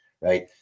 right